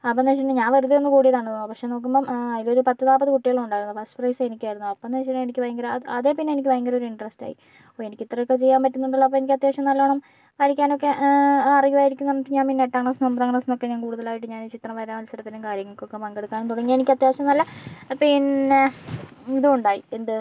അപ്പോഴെന്ന് വെച്ചിട്ടുണ്ടെങ്കിൽ ഞാൻ വെറുതെ ഒന്ന് കൂടിയതാണ് പക്ഷെ നോക്കുമ്പോൾ അതിലൊരു പത്ത് നാല്പത് കുട്ടികളുണ്ടായിരുന്നു ഫസ്റ്റ് പ്രൈസ് എനിക്കായിരുന്നു അപ്പോഴെന്ന് വെച്ചാൽ എനിക്ക് ഭയങ്കര അതിൽ പിന്നെ എനിക്ക് ഭയങ്കര ഒരു ഇൻട്രസ്റ്റായി അപ്പോൾ എനിക്ക് ഇത്രയൊക്കെ ചെയ്യാൻ പറ്റുന്നുണ്ടല്ലോ അപ്പോൾ എനിക്ക് അത്യാവശ്യം നല്ലോണം വരയ്ക്കാനൊക്കെ അറിയുമായിരിക്കും പറഞ്ഞിട്ട് ഞാൻ പിന്നെ എട്ടാം ക്ലാസ്സിൽ നിന്നും ഒമ്പതാം ക്ലാസ്സിൽ നിന്നൊക്കെ ഞാൻ കൂടുതലായിട്ടും ഞാൻ ചിത്രം വര മത്സരത്തിനും കാര്യങ്ങൾക്കൊക്കെ പങ്കെടുക്കാനും തുടങ്ങി എനിക്ക് അത്യാവശ്യം നല്ല പിന്നെ ഇതുമുണ്ടായി എന്ത്